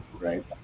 Right